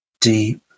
deep